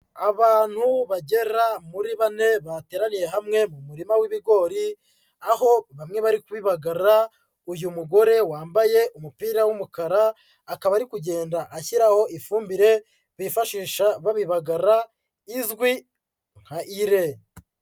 Abantu bagera muri bane bateraniye hamwe mu murima w'ibigori, aho bamwe bari kubibagara, uyu mugore wambaye umupira w'umukara akaba ari kugenda ashyiraho ifumbire bifashisha babibagara, izwi nka lre.